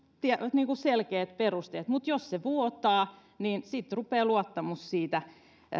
selkeät perusteet mutta jos se vuotaa niin sitten rupeaa luottamus siitä